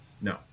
No